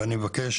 ואני במבקש